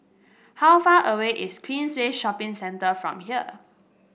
how far away is Queensway Shopping Centre from here